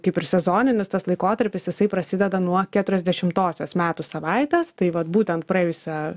kaip ir sezoninis tas laikotarpis jisai prasideda nuo keturiasdešimtosios metų savaitės tai vat būtent praėjusią